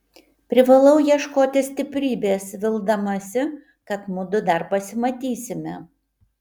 privalau ieškoti stiprybės vildamasi kad mudu dar pasimatysime